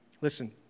Listen